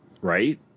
right